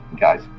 Guys